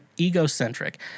egocentric